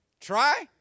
Try